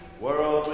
world